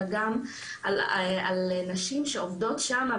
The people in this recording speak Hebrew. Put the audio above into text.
אלא גם על נשים שעובדות שם,